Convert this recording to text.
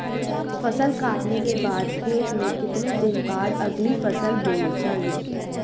फसल काटने के बाद खेत में कितने दिन बाद अगली फसल बोनी चाहिये?